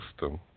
system